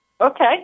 Okay